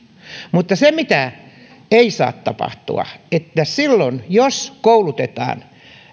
mutta niin ei saa tapahtua että silloin jos koulutetaan